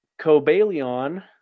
cobalion